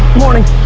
morning!